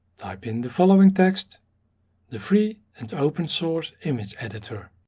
type in the following text the free and open source image editor.